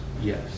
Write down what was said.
Yes